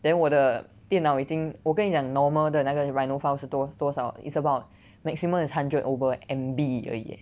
then 我的电脑已经我跟你讲 normal 的那个 rhino file 是多多少 is about maximum is hundred over M_B 而已 eh